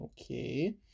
Okay